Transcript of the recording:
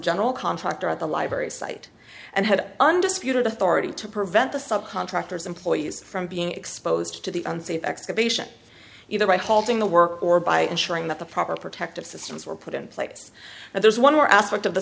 general contractor at the library's site and had undisputed authority to prevent the subcontractors employees from being exposed to the unsafe excavation either right halting the work or by ensuring that the proper protective systems were put in place and there's one more aspect of the